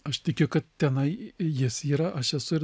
aš tikiu kad tenai jis yra aš esu ir